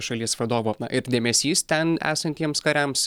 šalies vadovo ir dėmesys ten esantiems kariams